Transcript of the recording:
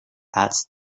ads